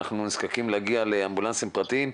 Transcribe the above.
אנחנו נזקקים להגיע לאמבולנסים פרטיים.